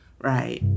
right